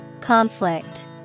Conflict